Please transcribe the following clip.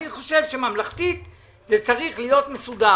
אני חושב שממלכתית זה צריך להיות מסודר.